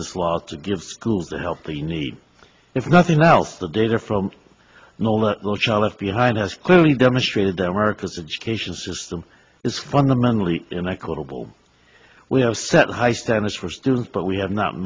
this law to give schools the help they need if nothing else the data from nola no child left behind has clearly demonstrated america's education system is fundamentally inequitable we have set high standards for students but we have not